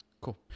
Cool